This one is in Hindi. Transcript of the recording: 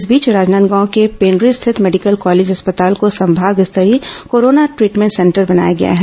इस बीच राजनांदगांव के पेन्ड्री स्थित मेडिकल कॉलेज अस्पताल को संभाग स्तरीय कोरोना ट्रीटभेंट सेंटर बनाया गया है